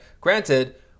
granted